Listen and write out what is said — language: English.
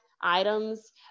items